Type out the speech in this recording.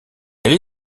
elle